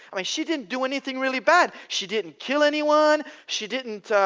i mean she didn't do anything really bad, she didn't kill anyone, she didn't.